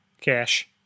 cash